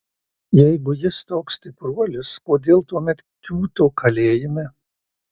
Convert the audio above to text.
jeigu jis toks stipruolis kodėl tuomet kiūto kalėjime